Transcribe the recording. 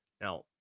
Now